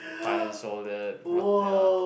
punch all that rot~ ya